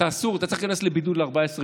ואתה צריך להיכנס לבידוד ל-14 יום,